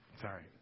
Sorry